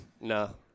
No